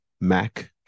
Mac